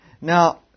Now